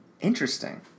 Interesting